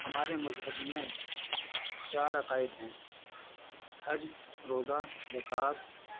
ہمارے مذہب میں چار عقائد ہیں حج روزہ زکوٰۃ